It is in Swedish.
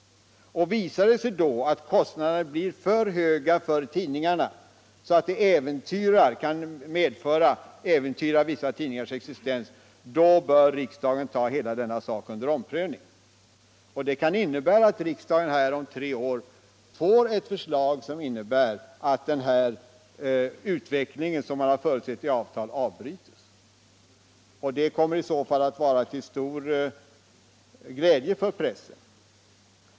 Visar det sig då att kostnaderna blir för höga för tidningarna och att detta kan äventyra vissa tidningars existens, så bör riksdagen ta hela frågan under omrpövning. Det kan alltså hända att riksdagen om tre år får ett förslag som innebär att den utveckling som förutsetts i avtalet avbryts. I så fall kommer det att bli till glädje för pressen.